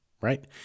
right